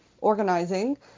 organizing